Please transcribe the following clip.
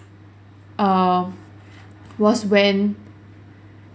err was when